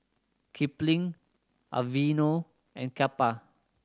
Kipling Aveeno and Kappa